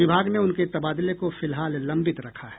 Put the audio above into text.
विभाग ने उनके तबादले को फिलहाल लंबित रखा है